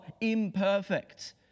imperfect